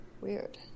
Weird